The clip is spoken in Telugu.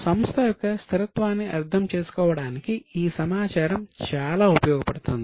సంస్థ యొక్క స్థిరత్వాన్ని అర్థం చేసుకోవడానికి ఈ సమాచారం చాలా ఉపయోగపడుతుంది